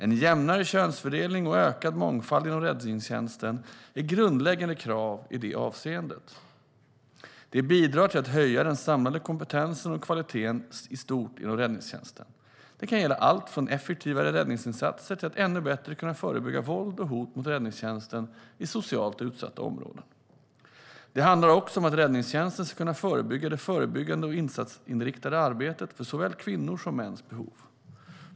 En jämnare könsfördelning och ökad mångfald inom räddningstjänsten är grundläggande krav i det avseendet. Det bidrar till att höja den samlade kompetensen och kvaliteten i stort inom räddningstjänsten. Det kan gälla allt från effektivare räddningsinsatser till att ännu bättre kunna förebygga våld och hot mot räddningstjänsten i socialt utsatta områden. Det handlar också om att räddningstjänsten ska kunna förbättra det förebyggande och insatsinriktade arbetet för såväl kvinnors som mäns behov.